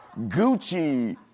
Gucci